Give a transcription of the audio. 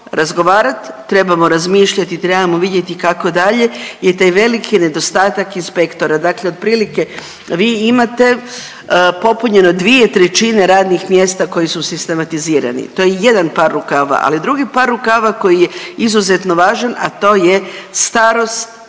razgovarati, trebamo razmišljati, trebamo vidjeti kako dalje je taj veliki nedostatak inspektora. Dakle otprilike vi imate popunjeno dvije trećine radnih mjesta koji su sistematizirani. To je jedan par rukava, ali drugi par rukava koji je izuzetno važan, a to je starost